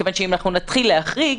כיוון שאנחנו נתחיל להחריג,